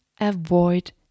avoid